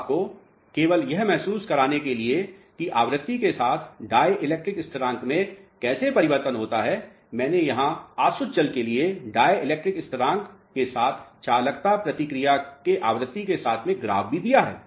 अब आपको केवल यह महसूस कराने के लिए कि आवृत्ति के साथ डाई इलेक्ट्रिक स्थरांक में कैसे परिवर्तन होता है मैंने यहां आसुत जल के लिए डाई इलेक्ट्रिक स्थरांक और साथ चालकता प्रतिक्रिया के आवृत्ति के साथ में ग्राफ भी दिया है